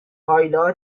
کایلا